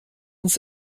uns